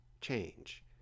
change